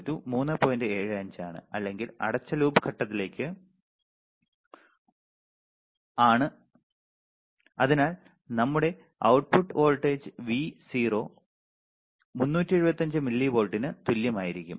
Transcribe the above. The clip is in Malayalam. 75 ആണ് അല്ലെങ്കിൽ അടച്ച ലൂപ്പ് ട്ടത്തിലേക്ക് ആണ് അതിനാൽ നമ്മുടെ output ട്ട്വോൾട്ടേജ് Vo 375 മില്ലിവോൾട്ടനു തുല്യമായിരിക്കും